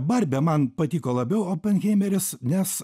barbė man patiko labiau openheimeris nes